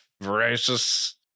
voracious